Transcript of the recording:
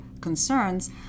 concerns